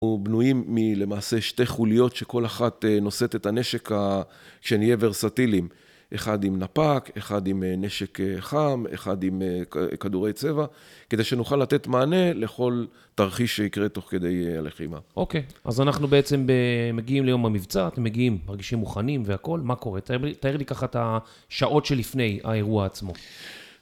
הוא, בנויים מלמעשה שתי חוליות שכל אחת נושאת את הנשק, שנהיה ורסטיליים. אחד עם נפ"ק, אחד עם נשק חם, אחד עם כדורי צבע, כדי שנוכל לתת מענה לכל תרחיש שיקרה תוך כדי הלחימה. אוקיי, אז אנחנו בעצם מגיעים ליום המבצע, אתם מגיעים, מרגישים מוכנים והכול, מה קורה? תאר לי ככה את השעות שלפני האירוע עצמו.